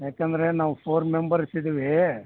ಯಾಕಂದರೆ ನಾವು four members ಇದ್ದೀವಿ